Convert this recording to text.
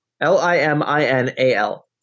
l-i-m-i-n-a-l